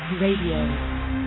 Radio